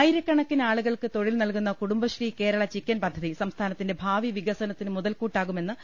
ആയിരക്കണക്കിന് ആളുകൾക്ക് തൊഴിൽ നൽകുന്ന കുടുംബശ്രീ കേ രള ചിക്കൻ പദ്ധതി സംസ്ഥാനത്തിന്റെ ഭാവി വികസനത്തിന് മുതൽകൂ ട്ടാകുമെന്നു മന്ത്രി എ